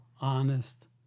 honest